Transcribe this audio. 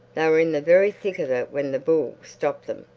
they were in the very thick of it when the bull stopped them,